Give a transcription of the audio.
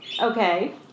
Okay